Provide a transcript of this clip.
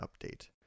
Update